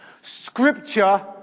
Scripture